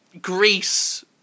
Greece